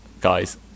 guys